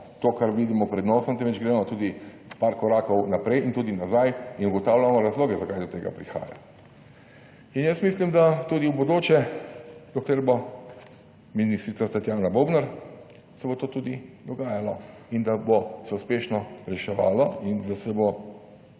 tega, kar vidimo pred nosom, temveč gremo tudi par korakov naprej in tudi nazaj in ugotavljamo razloge, zakaj do tega prihaja. In jaz mislim, da se bo tudi v bodoče, dokler bo ministrica Tatjana Bobnar, to dogajalo, da se bo uspešno reševalo in se bo